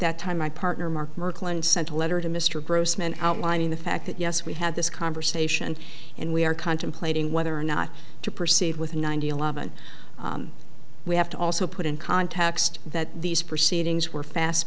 that time my partner mark merkel and sent a letter to mr grossman outlining the fact that yes we had this conversation and we are contemplating whether or not to proceed with nine eleven we have to also put in context that these proceedings were fast